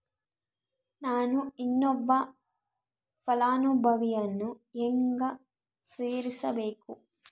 ನಾನು ಇನ್ನೊಬ್ಬ ಫಲಾನುಭವಿಯನ್ನು ಹೆಂಗ ಸೇರಿಸಬೇಕು?